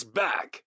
back